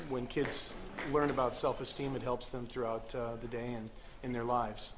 when kids learn about self esteem it helps them throughout the day and in their lives